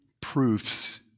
proofs